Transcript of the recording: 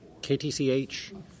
KTCH